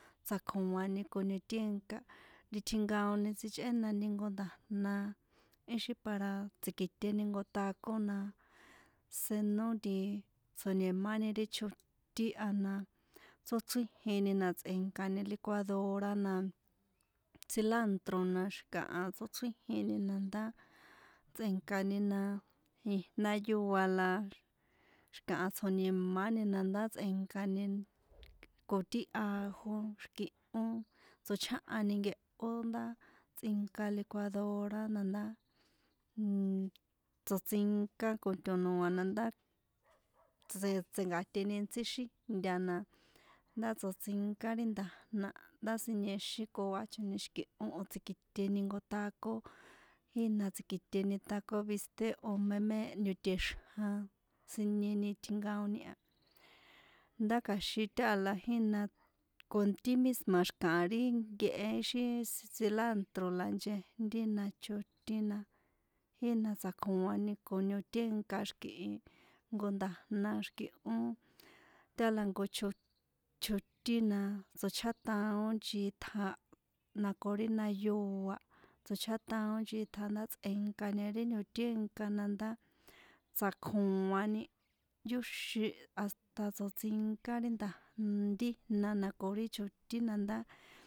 Tsjakoa̱ni con ñotínka ti tjinkaoni tsichꞌénani jnko nda̱jna ixi para tsi̱kiṭe jnko taco na senó nti tsjo̱ni̱máni ri chotín a na tsóchríjini na tsꞌe̱nka̱ni licuadora na cilantro na xi̱kaha tsóchríjina na ndá tsꞌe̱nkani ijna yóa la xi̱kaha tsjo̱ni̱máni na ndá tsꞌe̱nkani ko ti ajo xi̱kihón tsochjáhan ninkehó ndá tsꞌi̱nka licuadora na nda nnn tsoṭsinká con to̱noa̱ na ndá tse tse̱nkaṭeni intsí xíjnta na ndá tsoṭsinka ri nda̱jna a ndá siniexíkoachoni xi̱kihón o̱ tsi̱kiṭeni jnko taco jína tsi̱kiṭe taco bistek o̱ meme nioṭexjan sinieni tjinkaoni ndá kja̱xin táha la jína con ti mísma̱ xi̱kaha ri nkehe ixi cilántro̱ la nchejntí na chotín na jína tsakoa̱ni con ñotínka xi̱kihi jnko nda̱jna xi̱kihón tála jnko chot chotín na tsochjátaon nchitja na ko ri jnayoa tsochjátaon nchitja ndá tsꞌe̱nkani ri ñotínka na ndá tsjakoa̱ni yóxin hasta tsoṭsínká ri nda̱j ri ijna na ko ti chotín na ndá.